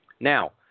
Now